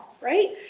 right